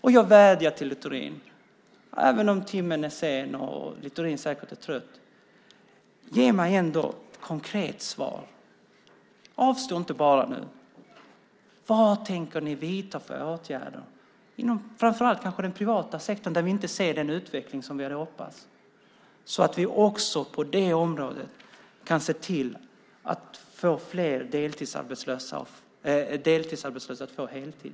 Och jag vädjar till Littorin - även om timmen är sen och Littorin säkert är trött: Ge mig ändå ett konkret svar. Avstå inte bara nu! Vad tänker ni vidta för åtgärder inom kanske framför allt den privata sektorn, där vi inte ser den utveckling som vi hade hoppats på, så att vi på det området kan se till att fler deltidsarbetslösa får heltid?